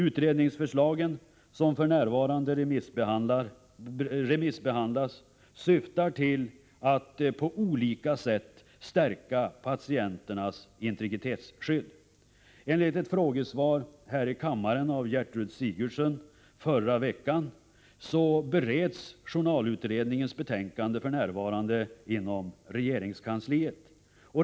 Utredningsförslagen, som f. n. remissbehandlas, syftar till att på olika sätt stärka patienternas integritetsskydd. Enligt ett frågesvar här i kammaren av Gertrud Sigurdsen förra veckan bereds journalutredningens betänkande f.n. inom regeringskansliet.